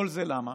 כל זה למה?